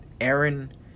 Aaron